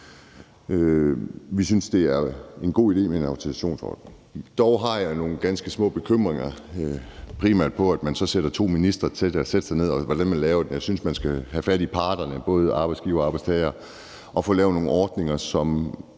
Vi synes, det er en god idé med en autorisationsordning. Dog har jeg nogle ganske små bekymringer. De går primært på, at man sætter to ministre til at sætte sig ned og se på, hvordan man skal lave det. Jeg synes, man skal have fat i parterne, både arbejdsgivere og arbejdstagere, og få lavet nogle ordninger, som